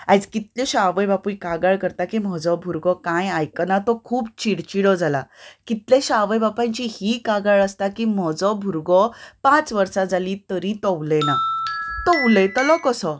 आयज कितलेशे आवय बापूय कागाळ करता की म्हजो भुरगो कांय आयकना तो खूब चिडचिडो जाला कितलेशे आवय बापायची ही कागाळ आसता की म्हजो भुरगो पांच वर्सांचो जालीं तरी तो उलयना तो उलयतलो कसो